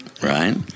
right